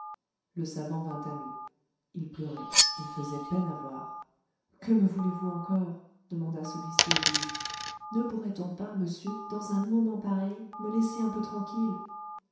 le savant vint à nous il pleurait il faisait peine à voir que me voulez-vous encore demanda celui-ci au juge ne pourrait-on pas monsieur dans un moment pareil aussi douloureux me laisser un peu tranquille